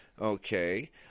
okay